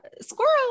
squirrel